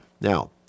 Now